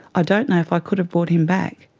ah don't know if i could have brought him back.